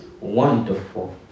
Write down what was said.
wonderful